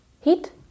heat